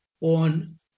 on